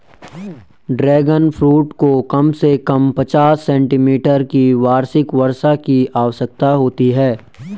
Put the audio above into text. dragon fruit को कम से कम पचास सेंटीमीटर की वार्षिक वर्षा की आवश्यकता होती है